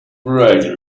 bright